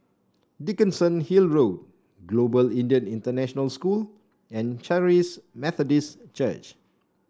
Dickenson Hill Road Global Indian International School and Charis Methodist Church